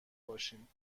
باشیم